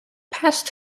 past